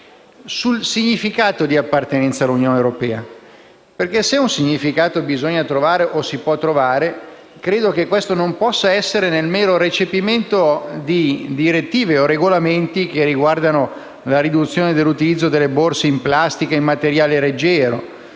sul significato dell'appartenenza all'Unione europea. Infatti, se un significato bisogna o si può trovare, credo che questo non possa essere nel mero recepimento di direttive o regolamenti che riguardano la riduzione dell'utilizzo delle borse in plastica o in materiale leggero,